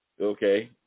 okay